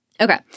Okay